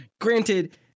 Granted